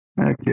Okay